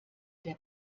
der